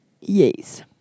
Yes